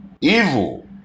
Evil